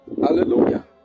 Hallelujah